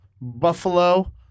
Buffalo